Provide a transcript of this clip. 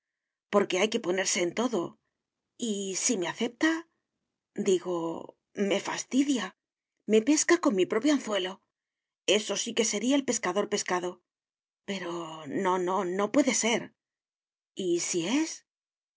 porque hay que ponerse en todo y si me acepta digo me fastidia me pesca con mi propio anzuelo eso sí que sería el pescador pescado pero no no no puede ser y si es